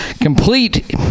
complete